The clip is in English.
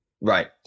Right